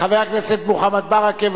חבר הכנסת מוחמד ברכה.